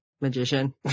magician